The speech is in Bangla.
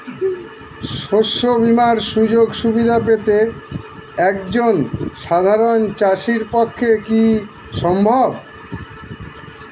শস্য বীমার সুযোগ সুবিধা পেতে একজন সাধারন চাষির পক্ষে কি সম্ভব?